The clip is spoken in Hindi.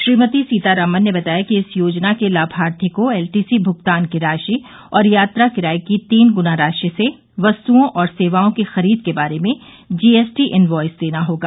श्रीमती सीतारामन ने बताया कि इस योजना के लाभार्थी को एलटीसी भ्गतान की राशि और यात्रा किराये की तीन गृणा राशि से वस्तुओं और सेवाओं की खरीद के बारे में जीएसटी इनवॉयस देना होगा